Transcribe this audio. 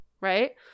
right